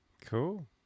cool